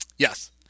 Yes